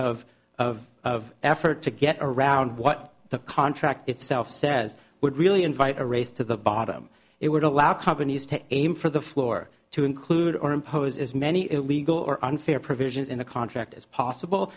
of of effort to get around what the contract itself says would really invite a race to the bottom it would allow companies to aim for the floor to include or impose as many illegal or unfair provisions in the contract as possible